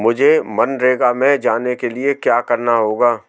मुझे मनरेगा में जाने के लिए क्या करना होगा?